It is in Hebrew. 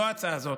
לא ההצעה הזאת,